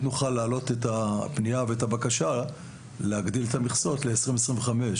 נוכל להעלות את הפנייה ואת הבקשה להגדיל את המכסות ל-2025.